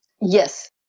Yes